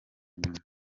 nyuma